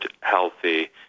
healthy